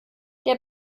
der